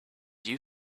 you